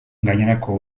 gainerako